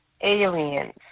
aliens